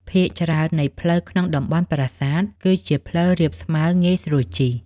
ភាគច្រើននៃផ្លូវក្នុងតំបន់ប្រាសាទ គឺជាផ្លូវរាបស្មើងាយស្រួលជិះ។